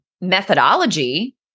methodology